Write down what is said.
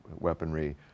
weaponry